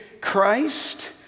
Christ